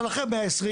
אבל אחרי 120,